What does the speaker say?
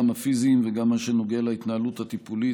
גם הפיזיים וגם מה שנוגע להתנהלות הטיפולית,